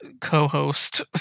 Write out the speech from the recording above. co-host